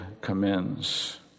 commends